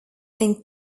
think